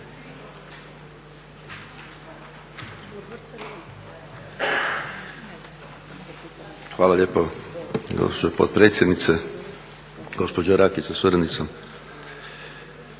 Hvala lijepo gospođo potpredsjednice, gospođo Rakić sa suradnicom.